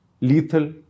lethal